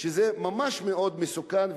וזה ממש מסוכן,